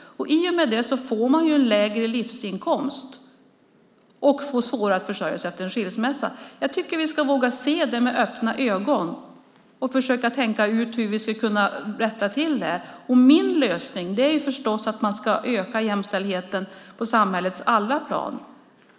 I och med det får de en lägre livsinkomst och svårare att försörja sig efter en skilsmässa. Jag tycker att vi ska våga se det med öppna ögon och försöka tänka ut hur vi ska kunna rätta till det här. Min lösning är förstås att man ska öka jämställdheten på samhällets alla plan.